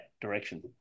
direction